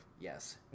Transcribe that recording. Yes